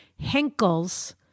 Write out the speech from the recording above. Henkel's